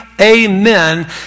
amen